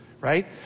Right